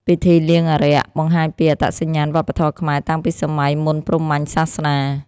ពិធីលៀងអារក្សបង្ហាញពីអត្តសញ្ញាណវប្បធម៌ខ្មែរតាំងពីសម័យមុនព្រហ្មញ្ញសាសនា។